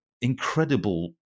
incredible